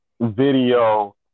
video